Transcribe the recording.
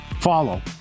Follow